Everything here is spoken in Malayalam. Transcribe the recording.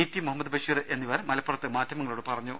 ടി മുഹമ്മദ് ബഷീർ എന്നിവർ മലപ്പുറത്ത് മാധ്യമങ്ങളോട് പറഞ്ഞു